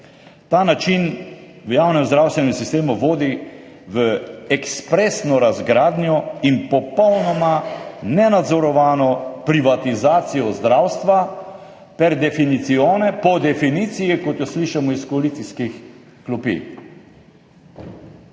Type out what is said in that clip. ta način v javnem zdravstvenem sistemu vodi v ekspresno razgradnjo in popolnoma nenadzorovano privatizacijo zdravstva per definitionem, po definiciji, kot jo slišimo iz koalicijskih klopi.